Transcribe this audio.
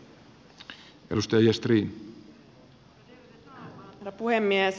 värderade talman herra puhemies